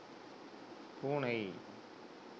பூனை